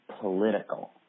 political